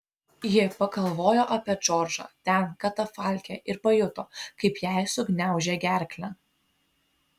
ji pagalvojo apie džordžą ten katafalke ir pajuto kaip jai sugniaužė gerklę